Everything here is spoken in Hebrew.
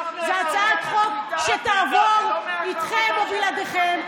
זה הצעת חוק שתעבור איתכם או בלעדיכם,